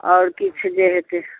आओर किछु जे हेतै